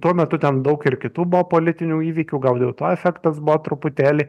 tuo metu ten daug ir kitų buvo politinių įvykių gal dėl to efektas buvo truputėlį